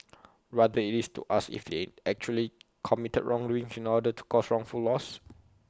rather IT is to ask if they actually committed wrongdoing in order to cause wrongful loss